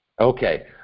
Okay